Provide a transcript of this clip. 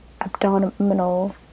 abdominal